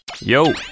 Yo